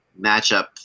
matchup